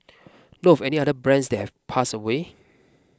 know of any other brands that've pass away